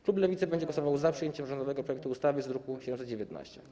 Klub Lewicy będzie głosował za przyjęciem rządowego projektu ustawy z druku nr 719.